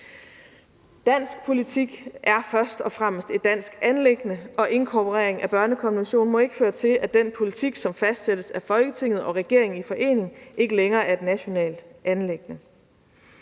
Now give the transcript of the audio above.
Dansk politik er først og fremmest et dansk anliggende, og inkorporering af børnekonventionen må ikke føre til, at den politik, som fastsættes af Folketinget og regeringen i forening, ikke længere er et nationalt anliggende.